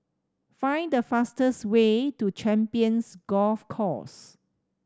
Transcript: find the fastest way to Champions Golf Course